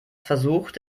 versucht